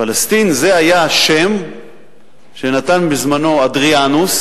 פלסטין, זה היה השם שנתן בזמנו אדריאנוס